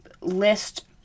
list